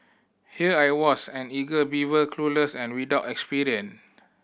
here I was an eager beaver clueless and without experience